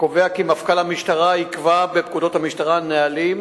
קובע כי מפכ"ל המשטרה יקבע בפקודת המשטרה ובנהלים